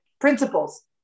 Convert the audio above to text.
principles